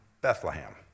Bethlehem